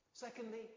Secondly